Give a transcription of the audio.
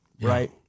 right